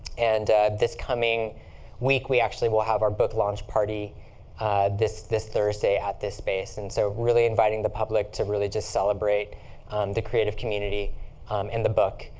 and this coming week, we actually will have our book launch party this this thursday at this space. and so really inviting the public to really just celebrate the creative community in the book.